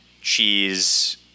cheese